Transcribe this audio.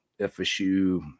FSU